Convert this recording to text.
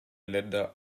länder